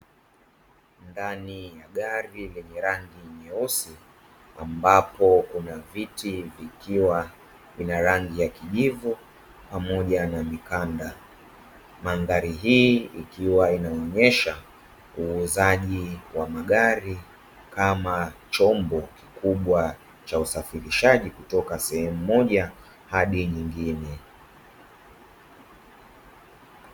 Ndani ya gari lenye rangi nyeusi ambapo kuna viti vikiwa vina rangi ya kijivu pamoja na mikanda ,madhari hii ikiwa inaonesha uuzaji wa magari kama chombo kikubwa cha usafirishaji kutoka sehemu mmoja hadi nyingine.